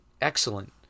excellent